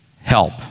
help